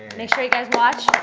make sure you guys watch.